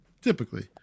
typically